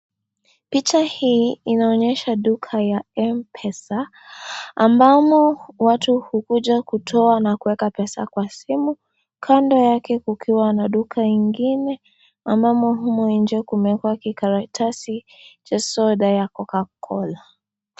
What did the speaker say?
Picha hii inaonesha duka ya mpesa . Ambamo watu hukuja kutoa na kuweka pesa kwa simu . Kando yake kukiwawa na duka ingine ambamo huko nje kumewekwa karatasi cha soda ya kokakola.